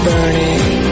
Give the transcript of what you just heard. Burning